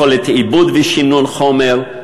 יכולת עיבוד ושינון חומר,